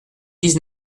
dix